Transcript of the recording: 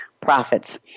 profits